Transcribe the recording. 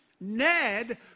Ned